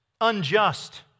unjust